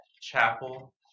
Chapel